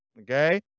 okay